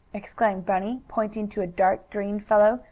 exclaimed bunny, pointing to a dark green fellow,